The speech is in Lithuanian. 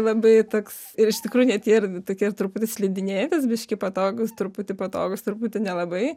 labai toks ir iš tikrųjų net ir jie ir truputį slidinėjantys biški patogūs truputį patogūs truputį nelabai